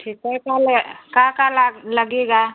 ठीक है कल क्या क्या लगेगा